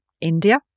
India